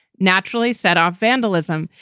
naturally set off vandalism.